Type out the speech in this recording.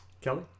Kelly